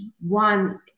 one